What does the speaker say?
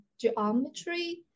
geometry